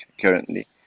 currently